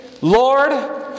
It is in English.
Lord